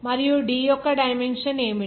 మరియు D యొక్క dimension ఏమిటి